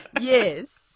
Yes